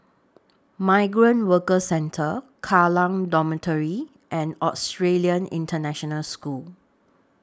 Migrant Workers Centre Kallang Dormitory and Australian International School